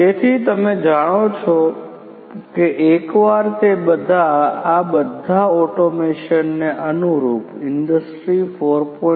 તેથી તમે જાણો છો કે એકવાર તે બધાં આ બધા ઓટોમેશનને અનુરૂપ ઇન્ડસ્ટ્રી 4